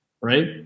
Right